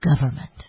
government